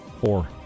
Four